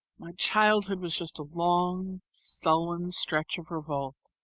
my childhood was just a long, sullen stretch of revolt,